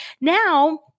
now